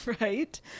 Right